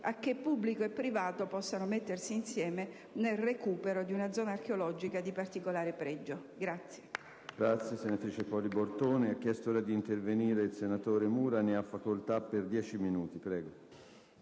affinché pubblico e privato possano lavorare insieme al recupero di una zona archeologica di particolare pregio.